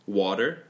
water